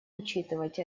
учитывать